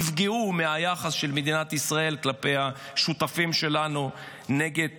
נפגעו מהיחס של מדינת ישראל כלפי השותפים שלנו נגד